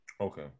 Okay